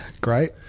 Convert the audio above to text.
Great